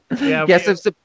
Yes